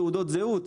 תעודות זהות,